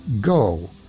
go